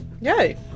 yay